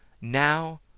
now